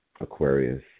Aquarius